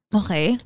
okay